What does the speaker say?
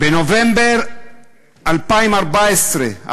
בנובמבר 2014,